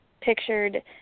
pictured